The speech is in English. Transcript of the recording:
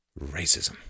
Racism